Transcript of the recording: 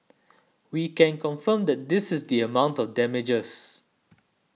we can confirm that this is the amount of damages